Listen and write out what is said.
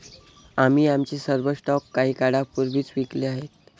आम्ही आमचे सर्व स्टॉक काही काळापूर्वीच विकले आहेत